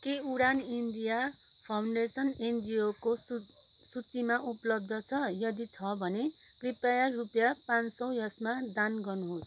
के Udaan India foundation एनजिओको सू सूचीमा उपलब्ध छ यदि छ भने कृपया रुपियाँ पाँच सय यसमा दान गर्नुहोस्